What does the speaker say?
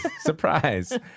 Surprise